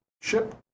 ship